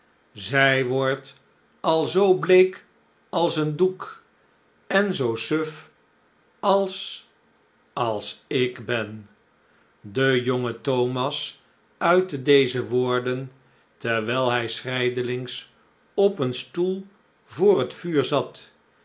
zij wordt al zoo bleek als een doek en zoo suf als als ik ben de jonge thomas uitte deze woorden terwijl hij schrijdelings op een stoel voor het vuur zat